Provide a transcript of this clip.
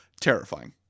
terrifying